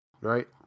Right